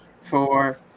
four